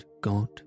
god